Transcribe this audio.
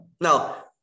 now